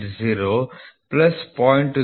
080 plus 0